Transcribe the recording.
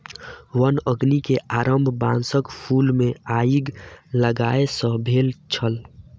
वन अग्नि के आरम्भ बांसक फूल मे आइग लागय सॅ भेल छल